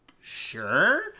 sure